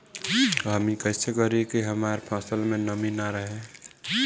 हम ई कइसे करी की हमार फसल में नमी ना रहे?